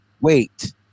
Wait